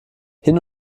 hin